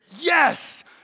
Yes